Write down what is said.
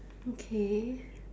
okay